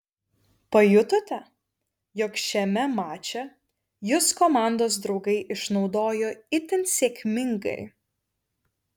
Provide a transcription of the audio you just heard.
pajutote jog šiame mače jus komandos draugai išnaudojo itin sėkmingai